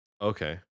Okay